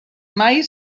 mai